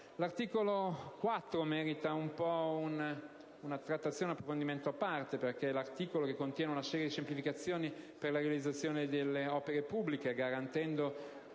L'articolo 4 merita una trattazione e un approfondimento a parte perché contiene una serie di semplificazioni per la realizzazione delle opere pubbliche, garantendo